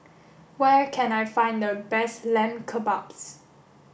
where can I find the best Lamb Kebabs